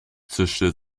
zischte